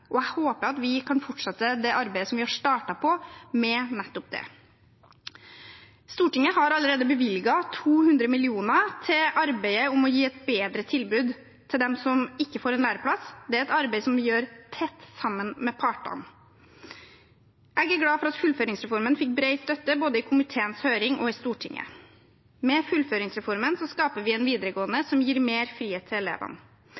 Jeg håper at vi kan fortsette det arbeidet som vi har startet på, med nettopp det. Stortinget har allerede bevilget 200 mill. kr til arbeidet med å gi et bedre tilbud til dem som ikke får læreplass. Det er et arbeid vi gjør tett sammen med partene. Jeg er glad for at fullføringsreformen fikk bred støtte både i komiteens høring og i Stortinget. Med fullføringsreformen skaper vi en videregående skole som gir mer frihet til elevene